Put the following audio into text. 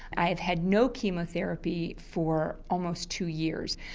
i've had no chemotherapy for almost two years.